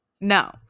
No